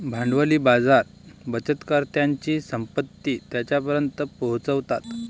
भांडवली बाजार बचतकर्त्यांची संपत्ती त्यांच्यापर्यंत पोहोचवतात